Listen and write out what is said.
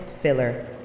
filler